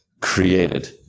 created